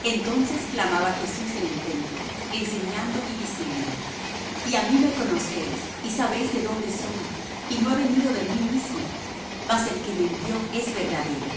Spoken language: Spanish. entonces clamaba jesús en el templo enseñando y diciendo y á mí me conocéis y sabéis de dónde soy y no he venido de mí mismo mas el que me envió es verdadero